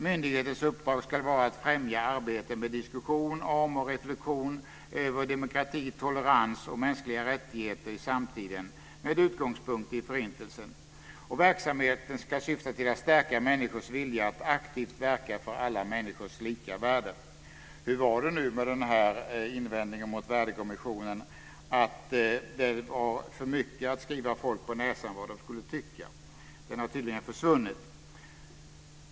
Myndighetens uppdrag ska vara att främja arbete med, diskussion om och reflexion över demokrati, tolerans och mänskliga rättigheter i samtiden med utgångspunkt i Förintelsen. Verksamheten ska syfta till att stärka människors vilja att aktivt verka för alla människors lika värde. Hur var det nu med invändningen mot värdekommissionen, att det var för mycket att skriva folk på näsan vad de skulle tycka? Den har tydligen försvunnit.